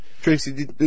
Tracy